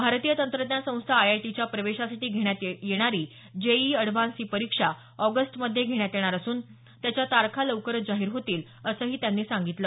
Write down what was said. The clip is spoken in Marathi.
भारतीय तंत्रज्ञान संस्था आयआयटीच्या प्रवेशासाठी घेण्यात येणारी जे ई ई अॅडव्हान्स ही परीक्षा ऑगस्टमध्ये घेण्यात येणार असून त्याच्या तारखा लवकरच जाहीर होतील असंही त्यांनी सांगितलं